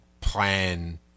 plan